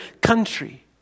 country